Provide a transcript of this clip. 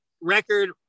record